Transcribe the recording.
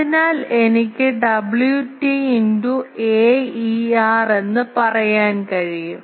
അതിനാൽ എനിക്ക് Wt into Aer എന്ന് പറയാൻ കഴിയും